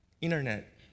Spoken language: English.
internet